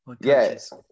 Yes